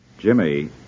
Jimmy